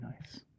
nice